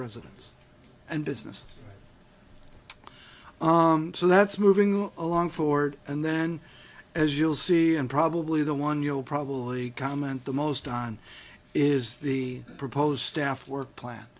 residents and business so that's moving along for and then as you'll see and probably the one you'll probably comment the most on is the proposed staff work plan